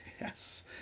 Yes